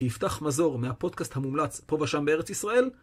יפתח מזור מהפודקאסט המומלץ פה ושם בארץ ישראל.